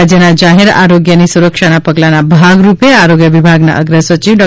રાજ્યના જાહેર આરોગ્યની સુરક્ષાના પગલાંના ભાગરૂપે આરોગ્ય વિભાગના અગ્રસચિવ ડો